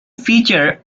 feature